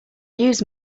use